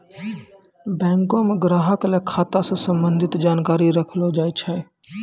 बैंको म ग्राहक ल खाता स संबंधित जानकारी रखलो जाय छै